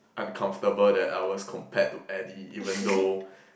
uncomfortable that I was compared to Eddie even though